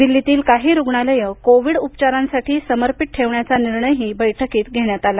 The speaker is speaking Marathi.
दिल्लीतली काही रुग्णालये कोविड उपचारांसाठी समर्पित ठेवण्याचा निर्णयही बैठकीत घेण्यात आला